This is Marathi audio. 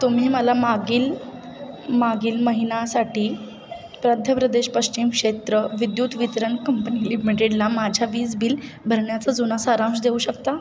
तुम्ही मला मागील मागील महिना साठी मध्य प्रदेश पश्चिम क्षेत्र विद्युत वितरण कंपणि लिमिटेडला माझ्या वीज बिल भरण्याचा जुना सारांश देऊ शकता